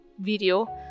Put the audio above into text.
video